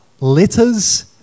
Letters